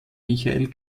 michael